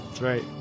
right